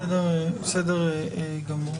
בסדר גמור.